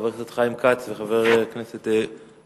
חבר הכנסת חיים כץ וחבר הכנסת אזולאי,